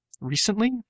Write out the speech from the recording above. recently